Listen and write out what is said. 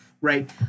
right